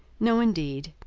no, indeed,